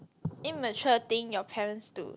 immature thing your parents do